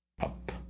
up